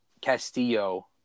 Castillo